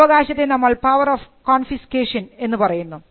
ഈ അവകാശത്തെ നമ്മൾ പവർ ഓഫ് കോൺഫിസ്ക്കേഷൻ എന്ന് പറയുന്നു